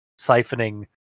siphoning